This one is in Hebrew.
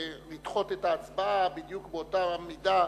לדחות את ההצבעה בדיוק באותה מידה,